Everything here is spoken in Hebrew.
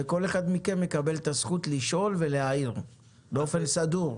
וכל אחד מכם יקבל את הזכות לשאול ולהעיר באופן מסודר.